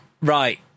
Right